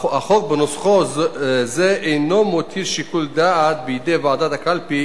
החוק בנוסחו זה אינו מותיר שיקול דעת בידי ועדת הקלפי